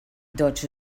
deutsche